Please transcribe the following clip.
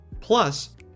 plus